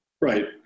Right